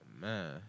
Man